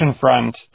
front